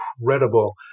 incredible